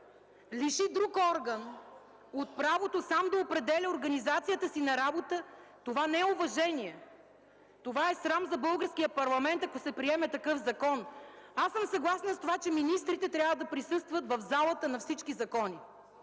лиши друг орган от правото сам да определя организацията си на работа, това не е уважение – това е срам за българския парламент, ако се приеме такъв закон. Съгласна съм с това, че министрите трябва да присъстват в залата на всички закони